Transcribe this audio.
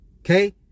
okay